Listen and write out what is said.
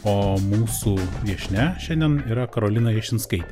o mūsų viešnia šiandien yra karolina jašinskaitė